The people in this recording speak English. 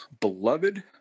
beloved